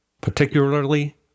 particularly